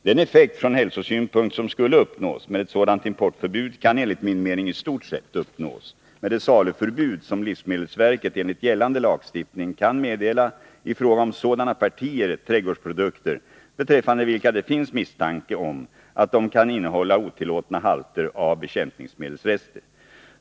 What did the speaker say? Den effekt från hälsosynpunkt som skulle uppnås med ett sådant importförbud kan enligt min mening i stort sett uppnås med det saluförbud som livsmedelsverket enligt gällande lagstiftning kan meddela i fråga om sådana partier trädgårdsprodukter beträffande vilka det finns misstanke om att de kan innehålla otillåtna halter av bekämpningsmedelsrester.